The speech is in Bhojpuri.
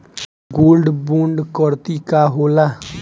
गोल्ड बोंड करतिं का होला?